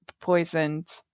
poisoned